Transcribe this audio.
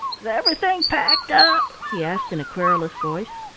is everything packed up? he asked in a querulous voice.